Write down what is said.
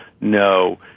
No